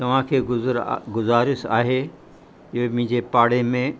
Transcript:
तव्हांखे गुजरा गुजारिश आहे की मुंहिंजे पाड़े में